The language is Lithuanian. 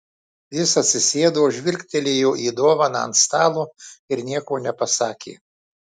jis atsisėdo žvilgtelėjo į dovaną ant stalo ir nieko nepasakė